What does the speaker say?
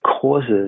causes